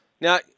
Now